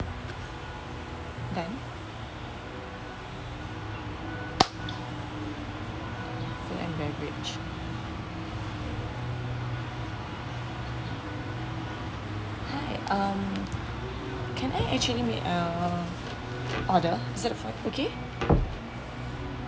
ten food and beverage hi um can I actually made an order is it okay